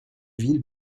ville